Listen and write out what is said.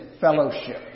fellowship